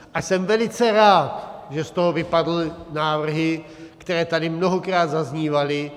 A jsem velice rád, že z toho vypadly návrhy, které tady mnohokrát zaznívaly.